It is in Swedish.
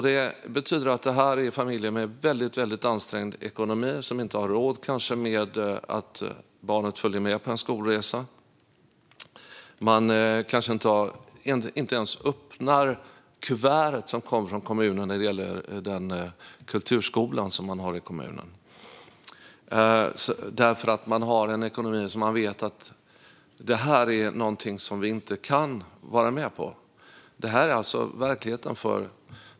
Det betyder att det är familjer med mycket ansträngd ekonomi som kanske inte har ekonomiska möjligheter att låta barnet följa med på en skolresa. Föräldrarna kanske inte ens öppnar kuvertet som kommer från kommunen som gäller den kulturskola som man har i kommunen därför att de har en ekonomi som innebär att de inte kan låta barnen delta i den. Detta är alltså verkligheten för många familjer.